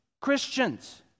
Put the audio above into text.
Christians